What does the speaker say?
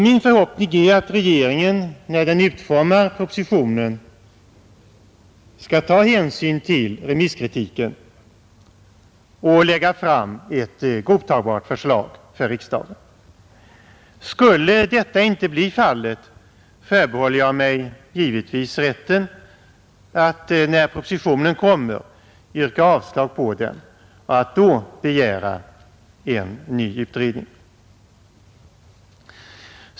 Min förhoppning är att regeringen när den utformar propositionen skall ta hänsyn till remisskritiken och lägga fram ett godtagbart förslag för riksdagen. Skulle detta i te bli fallet, förbehåller jag mig givetvis rätten att när propositionen kommer yrka avslag på den och att då begära en ny detta inte bli fallet, förbehåller jag mig givetvis rätten att när propositionen kommer yrka avslag på den och att då begära en ny utredning.